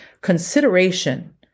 consideration